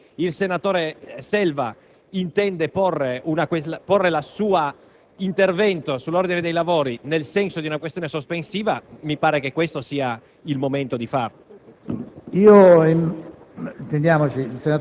Signor Presidente, mi pare che il senatore Selva nel suo intervento abbia di fatto posto una questione sospensiva,